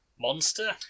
Monster